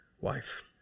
wife